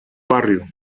barrio